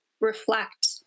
reflect